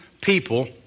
people